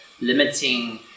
limiting